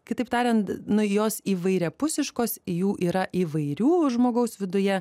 kitaip tariant nu jos įvairiapusiškos į jų yra įvairių žmogaus viduje